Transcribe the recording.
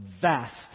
vast